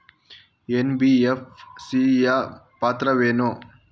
NBFC ಯ ಪಾತ್ರಗಳೇನು?